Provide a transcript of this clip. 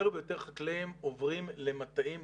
יותר ויותר חקלאים עוברים למטעים,